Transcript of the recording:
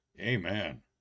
Amen